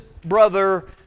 brother